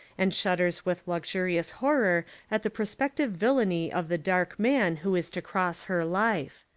and shudders with luxuri ous horror at the prospective villainy of the dark man who is to cross her life.